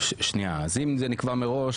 אם זה נקבע מראש,